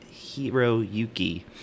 Hiroyuki